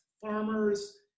farmers